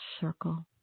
circle